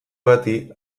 bati